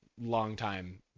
longtime